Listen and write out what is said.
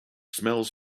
smells